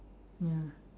ya